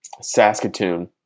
Saskatoon